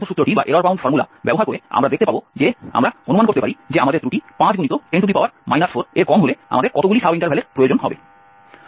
সুতরাং ত্রুটি আবদ্ধ সূত্রটি ব্যবহার করে আমরা দেখতে পাব যে আমরা অনুমান করতে পারি যে আমাদের ত্রুটি 5×10 4 এর কম হলে আমাদের কতগুলি সাব ইন্টারভালের প্রয়োজন হবে